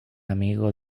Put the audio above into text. amigo